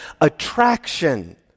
attraction